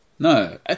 no